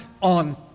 on